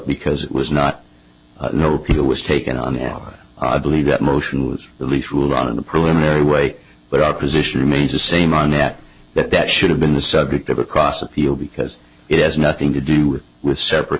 because it was not no appeal was taken on our believe that motion was at least ruled on in the preliminary way but our position remains the same on that that that should have been the subject of a cross appeal because it has nothing to do with with separate